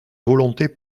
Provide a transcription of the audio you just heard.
volonté